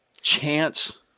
chance